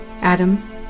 Adam